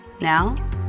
Now